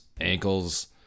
ankles